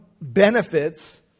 benefits